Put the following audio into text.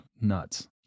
nuts